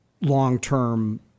long-term